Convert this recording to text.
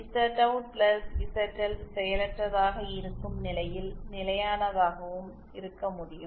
Z out plus Z L செயலற்றதாக இருக்கும் நிலையில் நிலையானதாகவும் இருக்க முடியும்